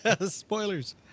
spoilers